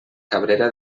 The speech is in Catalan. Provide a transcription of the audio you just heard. cabrera